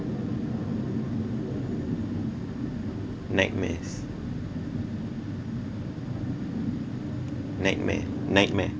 nightmares nightmare nightmare